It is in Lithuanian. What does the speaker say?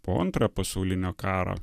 po antrojo pasaulinio karo